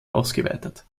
ausgeweitet